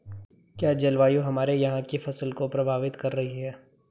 क्या जलवायु हमारे यहाँ की फसल को प्रभावित कर रही है?